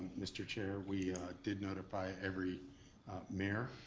mr. chair, we did notify every mayor,